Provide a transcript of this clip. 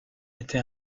été